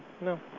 no